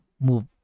move